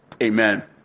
Amen